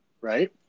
right